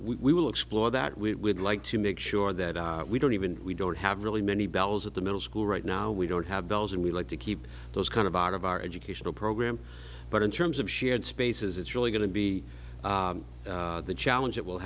we will explore that we would like to make sure that we don't even we don't have really many bells at the middle school right now we don't have bells and we like to keep those kind of out of our educational program but in terms of shared spaces it's really going to be the challenge it will